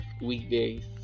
Weekdays